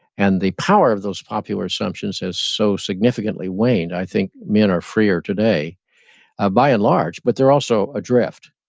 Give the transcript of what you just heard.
and the power of those popular assumptions has so significantly waned, i think men are freer today ah by and large, but they're also adrift.